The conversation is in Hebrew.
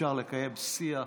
אפשר לקיים שיח,